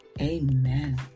amen